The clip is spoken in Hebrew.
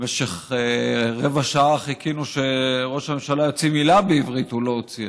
במשך רבע שעה חיכינו שראש הממשלה יוציא מילה בעברית והוא לא הוציא,